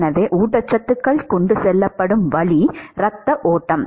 எனவே ஊட்டச்சத்துக்கள் கொண்டு செல்லப்படும் வழி இரத்த ஓட்டம்